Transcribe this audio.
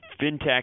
fintech